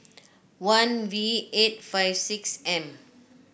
one V eight five six M